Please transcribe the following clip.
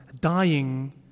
dying